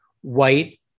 white